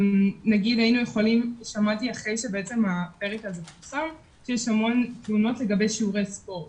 שמעתי אחרי שהפרק פורסם שיש המון תלונות לגבי שיעורי ספורט,